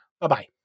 Bye-bye